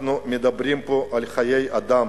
אנחנו מדברים פה על חיי אדם